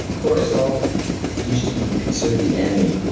cortisol used to be considered the enemy.